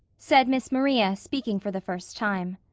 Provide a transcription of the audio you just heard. said miss maria, speaking for the first time.